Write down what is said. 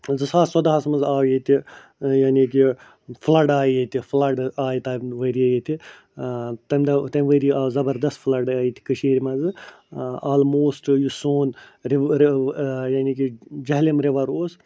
زٕ ساس ژۄداہَس منٛز آو ییٚتہِ یعنی کہ فُلڈ آیہِ ییٚتہِ فُلَڈ آیہِ تٔمۍ ؤری ییٚتہِ تٔمۍ دۄہ تٔمۍ ؤری آو زبردَس فُلڈ آیہِ ییٚتہِ کٔشیٖرِ منٛزٕ آلموشٹ یُس سون یعنی کہ جہلِم رِوَر اوس